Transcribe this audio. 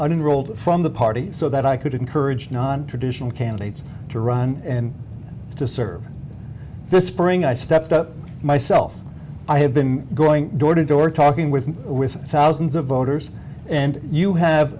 rolled from the party so that i could encourage nontraditional candidates to run and to serve in the spring i stepped up myself i have been going door to door talking with with thousands of voters and you have